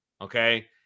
okay